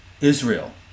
Israel